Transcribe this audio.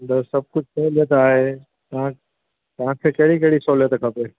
ॿियो सभु कुझु सहूलियत आहे त तव्हांखे कहिड़ी कहिड़ी सहूलियत खपे